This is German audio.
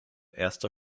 erster